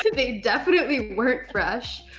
they definitely weren't fresh,